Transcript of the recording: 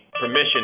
permission